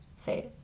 say